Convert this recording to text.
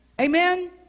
Amen